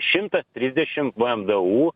šimtas trisdešim vmdu